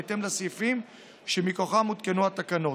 בהתאם לסעיפים שמכוחם הותקנו התקנות.